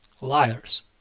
Liars